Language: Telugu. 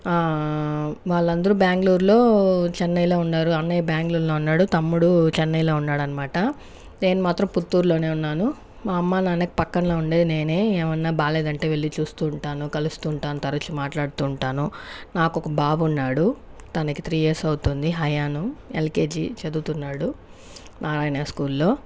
వాళ్ళందరూ బ్యాంగ్లూర్లో చెన్నైలో ఉన్నారు అన్నయ్య బ్యాంగ్లూర్లో ఉన్నాడు తమ్ముడు చెన్నైలో ఉన్నాడనమాట నేను మాత్రం పుత్తూరులోనే ఉన్నాను మా అమ్మ నాన్నకు పక్కనలో ఉండేది నేనే ఏమైనా బాలేదంటే వెళ్లి చూస్తుంటాను కలుస్తుంటాను తరచూ మాట్లాడుతుంటాను నాకొక బాబు ఉన్నాడు తనకు త్రీ ఇయర్స్ అవుతుంది అయాన్ ఎల్కేజి చదువుతున్నాడు నారాయణ స్కూల్ లో